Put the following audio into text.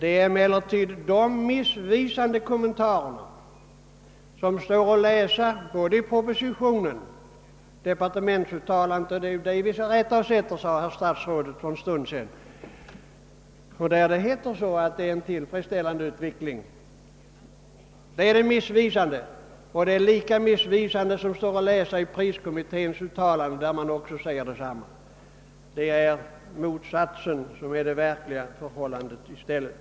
Det är emellertid dessa missvisande kommentarer som finns att läsa i propositionen — det är ju departementschefsuttalandet som vi skall rätta oss efter, sade statsrådet för en stund sedan. Där står alltså att utvecklingen är tillfredsställande, och det är missvisande. Lika missvisande är det som kan läsas i priskommitténs uttalande, där man säger samma sak. I själva verket är det motsatta förhållandet det riktiga.